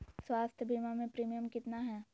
स्वास्थ बीमा के प्रिमियम कितना है?